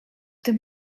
tym